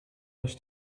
was